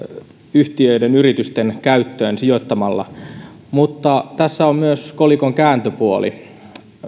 yhtiöiden yritysten käyttöön sijoittamalla mutta tässä on myös kolikon kääntöpuoli